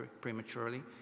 prematurely